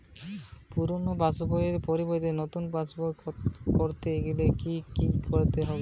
পুরানো পাশবইয়ের পরিবর্তে নতুন পাশবই ক রতে গেলে কি কি করতে হবে?